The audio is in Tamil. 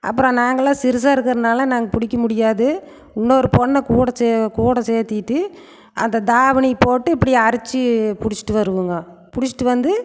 அப்புறம் நாங்கெலாம் சிறுசாக இருக்கிறதுனால நாங்க பிடிக்க முடியாது இன்னொரு பொண்ணை கூட சே கூட சேர்த்துக்கிட்டு அந்த தாவணி போட்டு இப்படி அரிச்சு பிடிச்சிட்டு வருவோம்ங்க பிடிச்சிட்டு வந்து